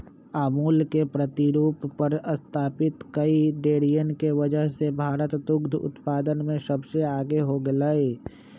अमूल के प्रतिरूप पर स्तापित कई डेरियन के वजह से भारत दुग्ध उत्पादन में सबसे आगे हो गयलय